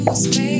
space